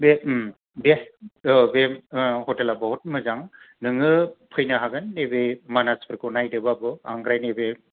best औ best औ हतेला बहुत मोजां नोङो फैनो हागोन नै बे मानास फोरखौ नायनोबाबो आमफ्राय नै बे